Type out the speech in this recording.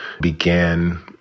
began